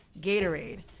Gatorade